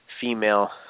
female